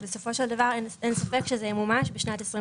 ובסופו של דבר אין ספק שזה ימומש בשנת 2021